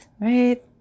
right